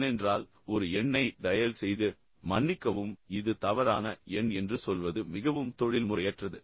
ஏனென்றால் ஒரு எண்ணை டயல் செய்து மன்னிக்கவும் இது தவறான எண் என்று சொல்வது மிகவும் தொழில்முறையற்றது